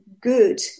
good